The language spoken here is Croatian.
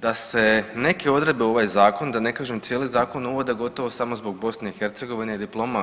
da se neke odredbe u ovaj zakon, da ne kažem cijeli zakon, uvode gotovo samo zbog BiH i diploma u BiH.